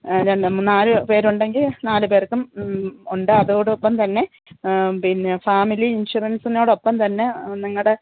രണ്ട് നാല് പേരുണ്ടെങ്കിൽ നാല് പേർക്കും ഉണ്ട് അതോടൊപ്പം തന്നെ പിന്നെ ഫാമിലി ഇൻഷുറൻസിനോടൊപ്പം തന്നെ നിങ്ങളുടെ